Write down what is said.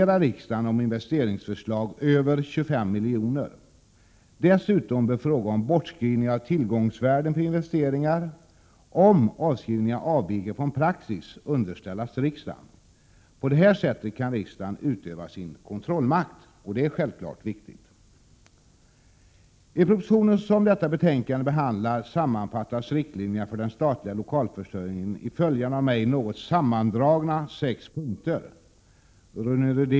affärsverken. Det är till denna punkt som den reservation som jag tidigare talade om anknyter.